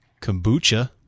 kombucha